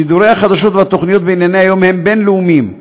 שידורי החדשות והתוכניות בענייני היום הם בין-לאומיים,